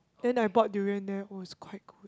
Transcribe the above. then I bought durian there it was quite good